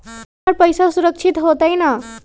हमर पईसा सुरक्षित होतई न?